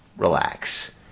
Relax